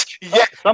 Yes